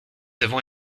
avons